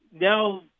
now